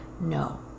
no